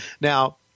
Now